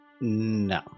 No